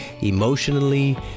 emotionally